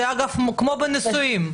זה כמו בנישואין.